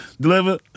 deliver